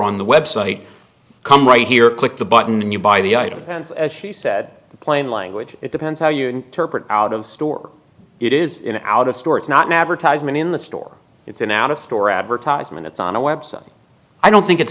on the website come right here click the button and you buy the item plain language it depends how you interpret out of store it is out of store it's not an advertisement in the store it's an out of store advertisement it's on a website i don't think it's